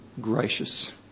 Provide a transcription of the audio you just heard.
gracious